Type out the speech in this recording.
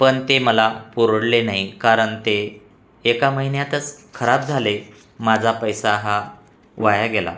पण ते मला परवडले नाही कारण ते एका महिन्यातच खराब झाले माझा पैसा हा वाया गेला